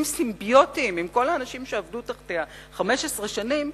סימביוטיים בינה ובין כל האנשים שעבדו תחתיה 15 שנים,